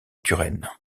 turenne